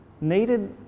needed